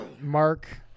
Mark